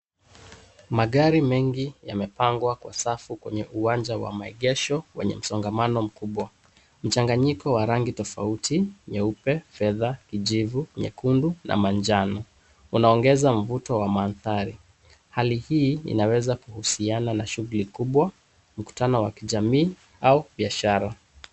Magari mengi yamepangwa kwa safu kwenye uwanja wa maegesho wenye msongamano mkubwa. Mchanganyiko wa rangi tofauti nyeupe, fedha , kijivu, nyekundu na manjano unaongeza mvuto wa mandhari. Hali hii inaweza kuhusiana na shughuli kubwa, mkutano wa kijamii au biashara.